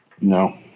No